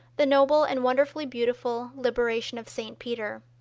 the noble and wonderfully beautiful liberation of st. peter.